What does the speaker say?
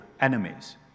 enemies